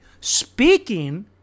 Speaking